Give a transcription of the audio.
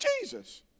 Jesus